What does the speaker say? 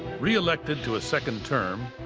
reelected to a second term,